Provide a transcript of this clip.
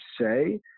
say